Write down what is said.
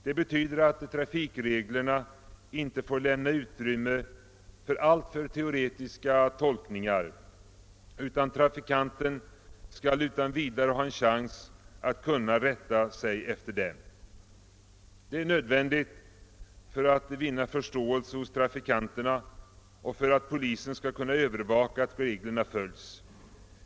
Det betyder att trafikreglerna inte får lämna utrymme för alltför teoretiska tolkningar, utan trafikanten skall ha en chans att utan vidare kunna rätta sig efter dem. Detta är nödvändigt för att vinna förståelse hos trafikanterna och för att polisen skall kunna övervaka att reglerna följs.